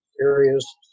areas